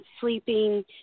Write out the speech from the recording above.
sleeping